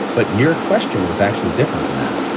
but your question was actually different than that.